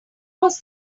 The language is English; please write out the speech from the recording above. was